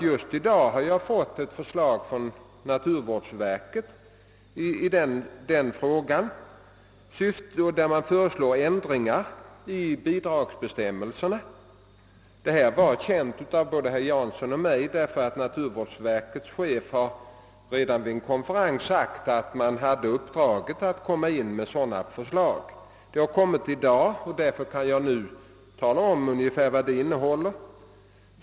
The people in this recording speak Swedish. Just i dag har jag fått ett förslag från naturvårdsverket i den frågan, vari man föreslår ändringar i bidragsbestämmelserna. Detta förslag var känt av både herr Jansson och mig, eftersom naturvårdsverkets chef vid en konferens har framhållit att man hade i uppdrag att lägga fram ett sådant förslag. Jag kan nu tala om vad detta förslag innehåller.